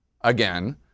again